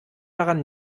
daran